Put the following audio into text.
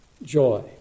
Joy